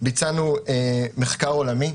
ביצענו מחקר עולמי.